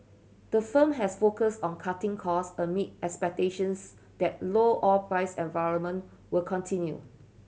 the firm has focused on cutting cost amid expectations that low oil price environment will continue